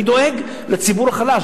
אני דואג לציבור החלש.